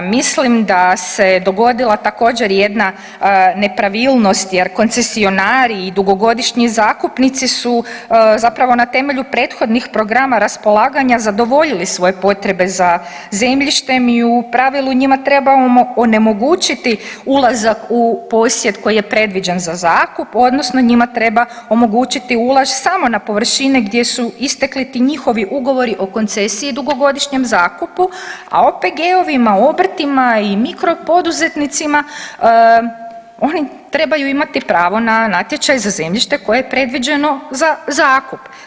Mislim da se dogodila također jedna nepravilnost jer koncesionari i dugogodišnji zakupnici su zapravo na temelju prethodnih programa raspolaganja zadovoljili svoje potrebe za zemljištem i u pravilu njima treba onemogućiti ulazak u posjed koji je predviđen za zakup odnosno njima treba omogućiti ulaz samo na površine gdje su istekli ti njihovi ugovori o koncesiji i dugogodišnjem zakupu, a OPG-ovima, obrtima i mikro poduzetnicima, oni trebaju imati pravo na natječaj za zemljište koje je predviđeno za zakup.